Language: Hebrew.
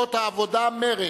העבודה ומרצ,